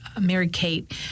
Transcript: Mary-Kate